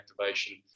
activation